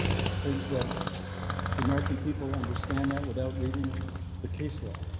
i think that the american people understand that without reading the case law.